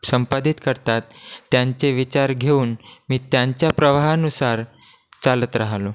संपादित करतात त्यांचे विचार घेऊन मी त्यांच्या प्रवाहानुसार चालत राहिलो